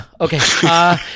Okay